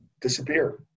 disappear